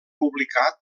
publicat